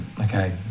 Okay